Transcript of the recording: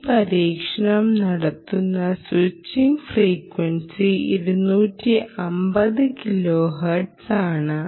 ഈ പരീക്ഷണം നടത്തുന്ന സ്വിച്ചിംഗ് ഫ്രീക്വൻസി 250 കിലോഹെർട്സ് ആണ്